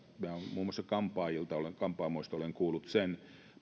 muun muassa kampaamoista olen kuullut sen